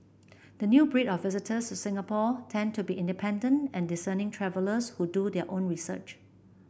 the new breed of visitors to Singapore tend to be independent and discerning travellers who do their own research